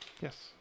yes